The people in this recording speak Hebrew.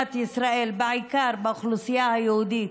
במדינת ישראל, בעיקר באוכלוסייה היהודית,